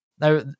now